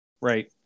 right